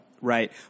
Right